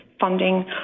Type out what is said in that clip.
funding